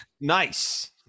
Nice